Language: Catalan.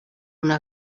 una